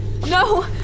No